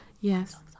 yes